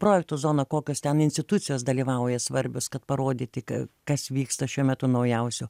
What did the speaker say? projektų zona kokios ten institucijos dalyvauja svarbios kad parodyti ka kas vyksta šiuo metu naujausio